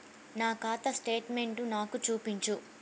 నా ఖాతా స్టేట్మెంట్ను నాకు చూపించు